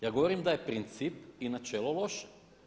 Ja govorim da je princip i načelo loše.